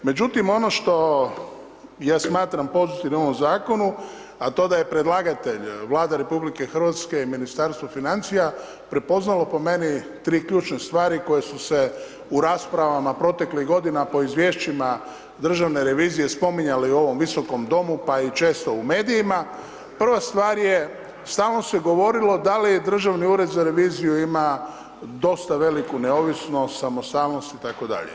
Međutim, ono što ja smatram pozitivnim u ovom zakonu, a to da je predlagatelj, Vlada RH i Ministarstvo financija prepoznalo po meni tri ključne stvari koje su se u raspravama proteklih godina po izvješćima državne revizije spominjale u ovom Visokom domu, pa i često u medijima, prva stvar je, stalno se govorilo da li je Državni ured za reviziju ima dosta veliku neovisnost, samostalnost itd.